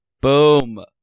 Boom